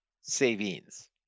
savings